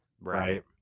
Right